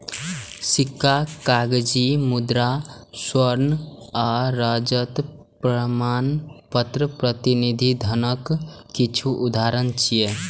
सिक्का, कागजी मुद्रा, स्वर्ण आ रजत प्रमाणपत्र प्रतिनिधि धनक किछु उदाहरण छियै